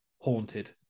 haunted